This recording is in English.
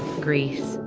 greece,